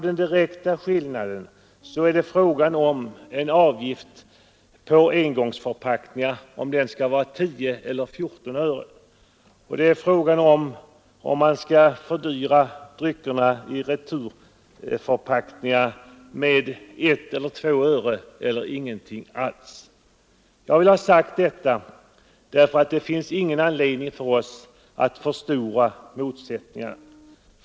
De direkta skillnaderna är om avgiften på engångsförpackningar skall vara 10 eller 14 öre och om man skall fördyra dryckerna i returförpackningar med 1 eller 2 öre eller ingenting alls. Jag har velat säga detta därför att det inte finns någon anledning för oss att förstora motsättningarna.